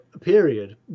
period